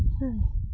mm